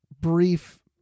brief